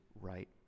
right